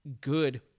good